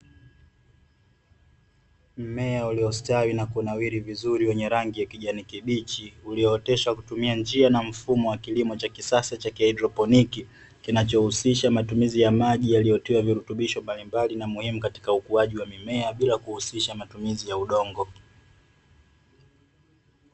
Mmea uliostawi na kunawiri vizuri wenye rangi ya kijani kibichi, uliooteshwa kwa kutumia njia na mfumo wa kilimo cha kisasa cha haidroponiki kinachohusisha matumizi ya maji yaliyotiwa virutubisho mbalimbali na muhimu katika ukuaji wa mimea bila kuhusisha matumizi ya udongo.